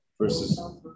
versus